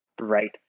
right